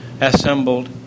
Assembled